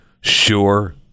sure